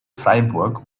freiburg